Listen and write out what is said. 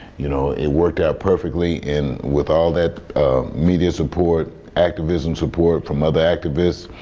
you know, it worked out perfectly in with all that media support, activism support from other activists.